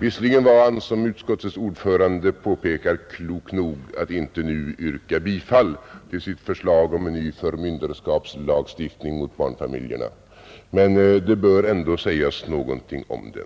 Visserligen var han, som utskottets ordförande påpekade, klok nog att inte yrka bifall till sitt förslag om en ny förmynderskapslagstiftning mot barnfamiljerna, men det bör ändå sägas någonting om det.